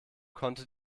konnte